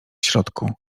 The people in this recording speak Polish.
środku